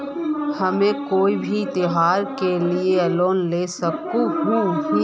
हम कोई भी त्योहारी के लिए लोन ला सके हिये?